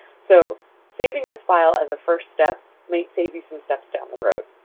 so saving this file as a first step might save you some steps down the road.